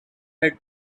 had